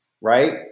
right